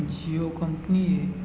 જીઓ કંપનીએ